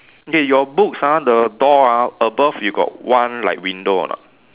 okay your books ah the door ah above you got one like window or not